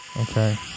Okay